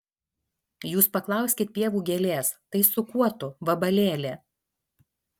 jūs paklauskit pievų gėlės tai su kuo tu vabalėli